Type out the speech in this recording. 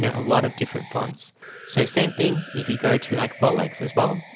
and a lot of different fonts so same thing if you go to like rolex as well.